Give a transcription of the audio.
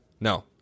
No